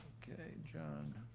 okay, john.